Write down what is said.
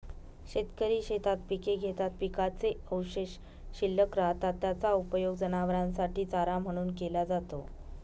शेतकरी शेतात पिके घेतात, पिकाचे अवशेष शिल्लक राहतात, त्याचा उपयोग जनावरांसाठी चारा म्हणून केला जातो